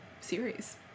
series